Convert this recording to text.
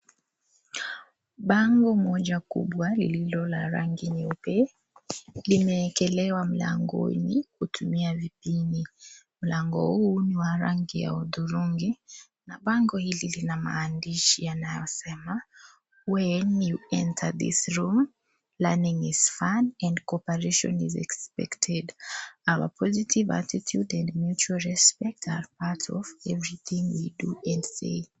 Bango moja kubwa, lililo la rangi nyeupe, limeekelewa mlangoni kutumia vipini. Mlango huu ni wa rangi ya hudhurungi, na bango hili lina maandishi, yanayosema , when you enter this room, learning is fun and cooperation is expected. Our positive attitude and neutral respect are part of everything we do in say .